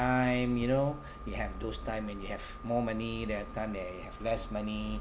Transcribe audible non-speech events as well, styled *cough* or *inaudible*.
you know *breath* you have those time when you have more money there are time that you have less money